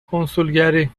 کنسولگری